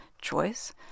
choice